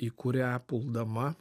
į kurią puldama